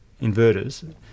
inverters